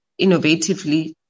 innovatively